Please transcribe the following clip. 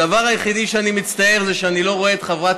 הדבר היחיד שאני מצטער זה שאני לא רואה את חברת